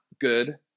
good